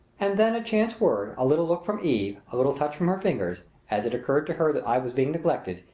and then a chance word, a little look from eve, a little touch from her fingers, as it occurred to her that i was being neglected,